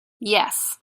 yes